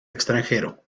extranjero